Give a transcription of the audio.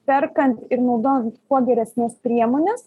perkant ir naudojant kuo geresnes priemones